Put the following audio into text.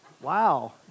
Wow